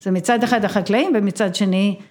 ‫זה מצד אחד החקלאים ומצד שני...